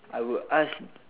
I will ask